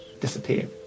disappear